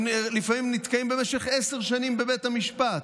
לפעמים נתקעים במשך עשר שנים בבית המשפט.